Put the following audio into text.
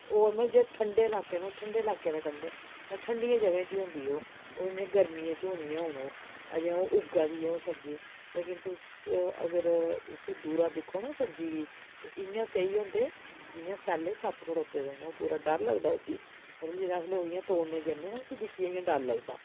होर मतलब जेह्ड़े ठंडे लाके न ओह् ठंडे लाके दे कंडै मतलब ठंडियें जगह् च गै होंदी ओह् ओह् न गर्मियें च होनी ऐ हून ओह् अजें ओह् उग्गै दी ओह् सब्ज़ी लेकिन तुस अगर उसी दूरा दिक्खो न सब्ज़ी गी ते इयां सेई होंदे जियां सैल्ले सप्प खड़ोते दे न पूरा डर लगदा उसी मतलब जेह्ड़े अस लोक इयां तोड़ने गी जन्ने आं उसी दिक्खियै इ'यां डर लगदा